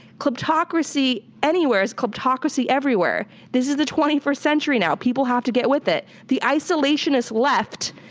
kleptocracy anywhere is kleptocracy everywhere. this is the twenty first century now. people have to get with it. the isolation is left.